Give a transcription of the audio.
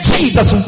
Jesus